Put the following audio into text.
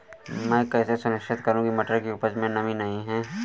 मैं कैसे सुनिश्चित करूँ की मटर की उपज में नमी नहीं है?